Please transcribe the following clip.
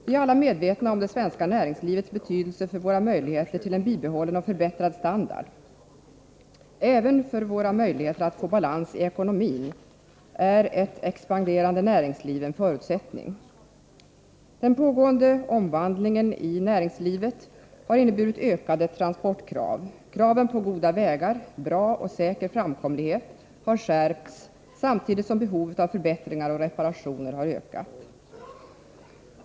Vi är alla medvetna om det svenska näringslivets betydelse för våra möjligheter till en bibehållen och förbättrad standard. Även för våra möjligheter att få balans i ekonomin är ett expanderande näringsliv en förutsättning. Den pågående omvandlingen i näringslivet har inneburit ökade transportkrav. Kraven på goda vägar och på bra och säker framkomlighet har skärpts, samtidigt som behovet av förbättringar och reparationer har ökat.